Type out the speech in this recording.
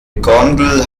gondel